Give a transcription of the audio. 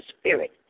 spirit